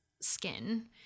skin